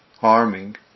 harming